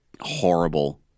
horrible